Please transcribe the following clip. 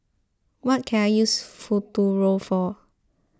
what can I use Futuro for